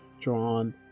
drawn